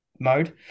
Mode